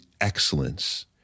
excellence